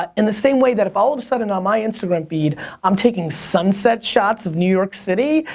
ah in the same way that, if all of a sudden on my instagram feed i'm taking sunset shots of new york city,